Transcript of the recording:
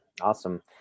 Awesome